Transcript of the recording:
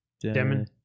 Demon